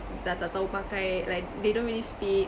dah tak tahu pakai like they don't really speak